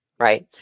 right